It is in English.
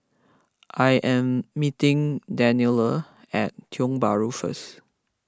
I am meeting Daniela at Tiong Bahru first